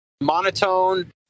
Monotone